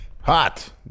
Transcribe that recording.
Hot